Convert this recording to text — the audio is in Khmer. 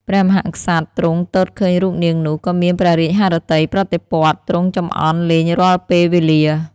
ព្រះមហាក្សត្រទ្រង់ទតឃើញរូបនាងនោះ ក៏មានព្រះរាជហឫទ័យប្រតិព័ទ្ធ ទ្រង់ចំអន់លេងរាល់ពេលវេលា។